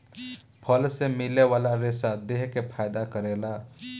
फल मे मिले वाला रेसा देह के फायदा करेला